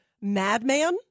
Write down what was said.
madman